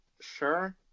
sure